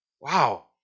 Wow